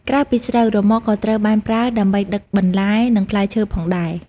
ក្រៅពីស្រូវ រ៉ឺម៉កក៏ត្រូវបានប្រើដើម្បីដឹកបន្លែនិងផ្លែឈើផងដែរ។